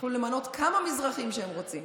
יכלו למנות כמה מזרחים שהם רוצים.